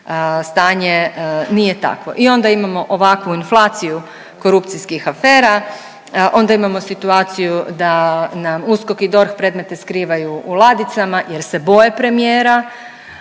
stanje nije takvo i onda imamo ovakvu inflaciju korupcijskih afera, onda imamo situaciju da nam USKOK i DORH predmete skrivaju u ladicama jer se boje premijera,